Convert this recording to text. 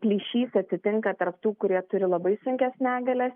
plyšys atsitinka tarp tų kurie turi labai sunkias negalias